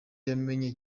yamenye